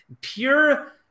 Pure